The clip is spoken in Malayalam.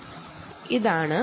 ഇതാണ് ഇന്റർ ഇൻറ്റർവെൽ